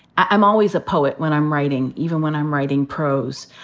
i'm always a poet when i'm writing, even when i'm writing prose,